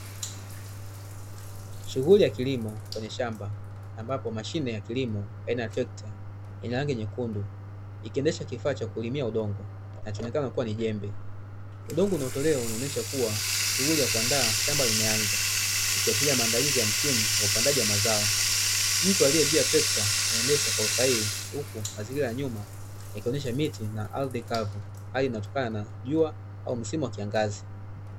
Shughuli ya kilimo kwenye shamba ambapo mashine ya kilimo aina ya trekta yenye rangi nyekundu ikiendesha kifaa cha kulimia udongo kinachonekana kuwa ni jembe. Udongo unaotolewa unaosha kuwa shughuli ya kuandaa shamba umeanza ikiashiria maandalizi wa msimu wa upandaji wa mazao. Mtu aliye juu ya trekta anaenda kwa usahihi huku mazingira ya nyuma yakionesha miti na ardhi kavu, hali inayotokana na jua au msimu wa kiangazi.